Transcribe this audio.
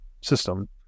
system